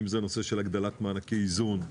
אם זה הנושא של הגדלת מענקי איזון,